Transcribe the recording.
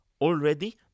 already